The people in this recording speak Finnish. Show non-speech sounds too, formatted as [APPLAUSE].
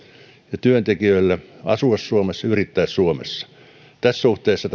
ja työntekijöille asua suomessa yrittää suomessa tässä suhteessa [UNINTELLIGIBLE]